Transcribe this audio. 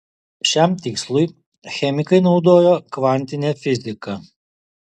šiam tikslui chemikai naudojo kvantinę fiziką